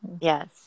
yes